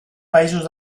països